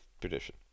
tradition